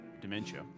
dementia